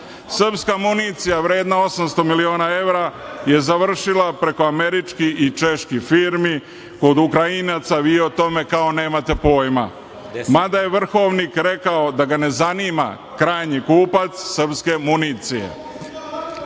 šporet. Srpska municija vredna 800 miliona evra je završila preko američkih i čeških firmi kod Ukrajinaca. Vi o tome kao nemate pojma, mada je vrhovnik rekao da ga ne zanima krajnji kupac srpske municije.